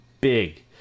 big